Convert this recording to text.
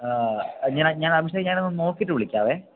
ആ ഞാന് ഞാന് അഭിഷേക് ഞാനൊന്ന് നോക്കിയിട്ട് വിളിക്കാം